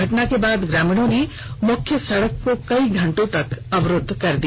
घटना के बाद ग्रामीणों ने मुख्य सड़क को कई घंटों तक अवरुद्ध कर दिया